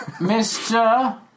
Mister